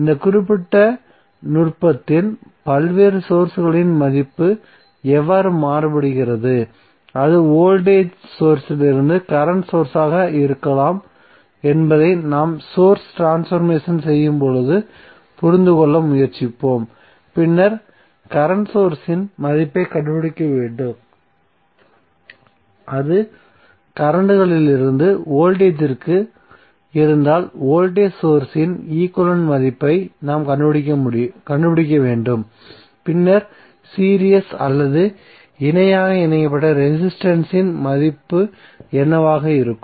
இந்த குறிப்பிட்ட நுட்பத்தில் பல்வேறு சோர்ஸ்களின் மதிப்பு எவ்வாறு மாறுபடுகிறது அது வோல்டேஜ் சோர்ஸ்சிலிருந்து கரண்ட் சோர்ஸ் ஆக இருக்கலாம் என்பதை நாம் சோர்ஸ் ட்ரான்ஸ்பர்மேசன் செய்யும்போது புரிந்துகொள்ள முயற்சிப்போம் பின்னர் கரண்ட் சோர்ஸ் இன் மதிப்பைக் கண்டுபிடிக்க வேண்டும் அது கரண்ட்களிலிருந்து வோல்டேஜ் இற்கு இருந்தால் வோல்டேஜ் சோர்ஸ் இன் ஈக்வலன்ட் மதிப்பை நாம் கண்டுபிடிக்க வேண்டும் பின்னர் சீரிஸ் அல்லது இணையாக இணைக்கப்பட்ட ரெசிஸ்டன்ஸ் இன் மதிப்பு என்னவாக இருக்கும்